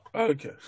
Okay